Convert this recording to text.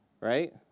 right